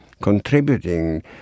contributing